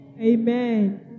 amen